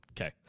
Okay